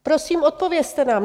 Prosím, odpovězte nám.